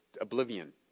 oblivion